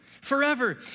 forever